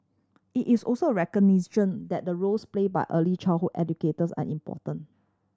it is also recognition that the roles play by early childhood educators are important